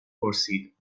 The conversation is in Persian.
پرسید